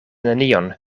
nenion